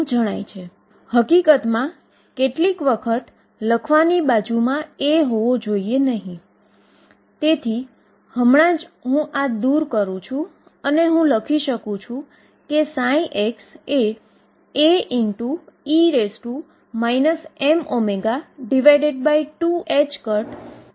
ઉદાહરણ તરીકેજે અગાઉ આપણે સાબિત કર્યુ હતુ તેમ હાઇડ્રોજન એટમમાં તે એનર્જીઆપે છે